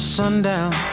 sundown